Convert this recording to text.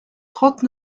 trente